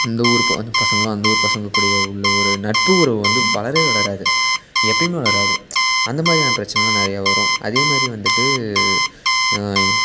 இந்த ஊர் பொ பசங்களும் அந்த ஊர் பசங்கள் கூடயே உள்ள ஒரு நட்பு உறவு வந்து வளரவே வளராது எப்போயுமே வளராது அந்த மாதிரியான பிரச்சனைலாம் நிறைய வரும் அதே மாதிரி வந்துட்டு